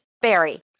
Berry